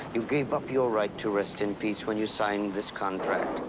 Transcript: you gave up your right to rest in peace when you signed this contract.